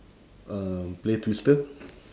um play twister